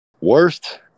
worst